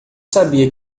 sabia